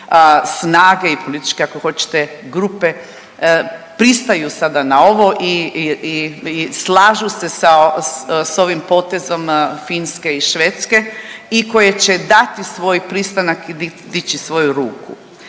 snage i političke, ako hoćete, grupe, pristaju sada na ovo i slažu se s ovim potezom Finske i Švedske i koje će dati svoj pristanak i dići svoju ruku.